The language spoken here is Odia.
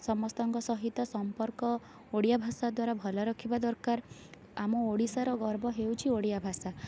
ସମସ୍ତଙ୍କ ସହିତ ସମ୍ପର୍କ ଓଡ଼ିଆଭାଷା ଦ୍ୱାରା ଭଲ ରଖିବା ଦରକାର ଆମ ଓଡ଼ିଶାର ଗର୍ବ ହେଉଛି ଓଡ଼ିଆଭାଷା